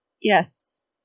Yes